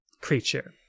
creature